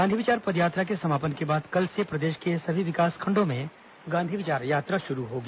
गांधी विचार पदयात्रा के समापन के बाद कल से प्रदेश के सभी विकासखंडों में गांधी विचार यात्रा शुरू होगी